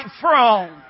throne